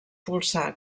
polsar